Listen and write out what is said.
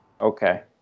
Okay